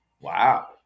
Wow